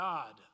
God